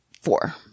four